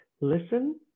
listen